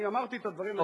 אני אמרתי את הדברים.